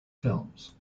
films